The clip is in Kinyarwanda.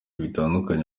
bitandukanye